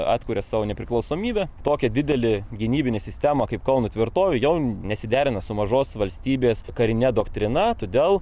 atkuria savo nepriklausomybę tokia didelė gynybinė sistema kaip kauno tvirtovė jau nesiderina su mažos valstybės karine doktrina todėl